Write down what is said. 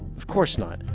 of course not,